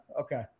okay